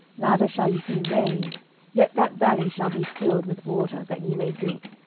neither shall ye see rain yet that valley shall be filled with water, that ye may drink,